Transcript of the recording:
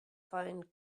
find